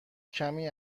کمی